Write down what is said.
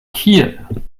kiel